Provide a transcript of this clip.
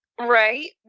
Right